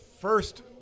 first